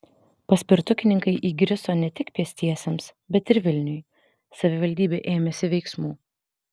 paspirtukininkai įgriso ne tik pėstiesiems bet ir vilniui savivaldybė ėmėsi veiksmų